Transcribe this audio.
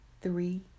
three